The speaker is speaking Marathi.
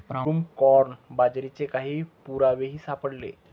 ब्रूमकॉर्न बाजरीचे काही पुरावेही सापडले